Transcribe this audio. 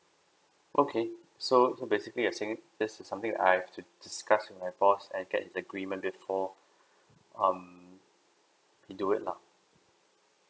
okay so so basically I think this is something that I have to discuss with my boss and get the agreement before um you do it lah